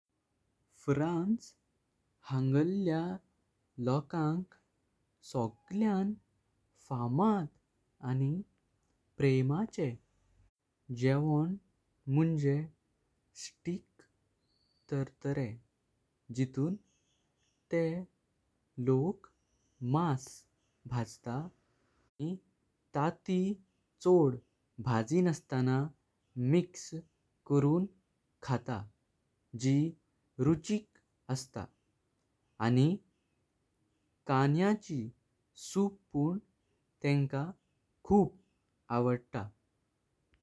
France हागल्या लोकांक सगळ्यान फामात। आनी प्रेमाचें जेवण म्हणजे स्टीक टार्टार जिसुन ते लोक मांस भाजता। आनी ताटी चोड भाजणास्तना मिक्स करून खातात जी रुचिक असता, आनी काण्याची सूप पण तेंका खूप आवडता।